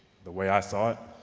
the way i saw it,